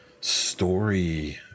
story